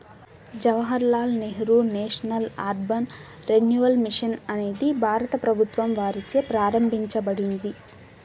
Jawahar Lal Nehru national urban renewal mission అనేది భారత ప్రభుత్వం వారిచే ప్రారంభించబడింది